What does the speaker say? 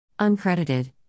Uncredited